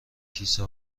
کیسه